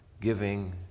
giving